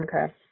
Okay